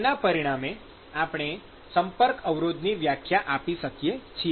તેના પરિણામે આપણે "સંપર્ક અવરોધ" ની વ્યાખ્યા આપી શકીએ છીએ